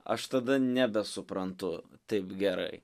aš tada nebesuprantu taip gerai